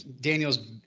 Daniel's